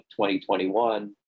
2021